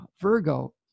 Virgo